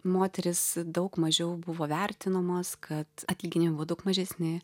moterys daug mažiau buvo vertinamos kad atlyginimai buvo daug mažesni